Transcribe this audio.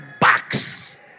box